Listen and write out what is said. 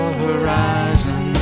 horizon